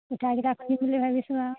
পিঠাকেইটা খুন্দিম বুলি ভাবিছোঁ আৰু